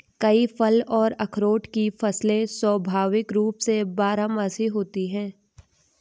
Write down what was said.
कई फल और अखरोट की फसलें स्वाभाविक रूप से बारहमासी होती हैं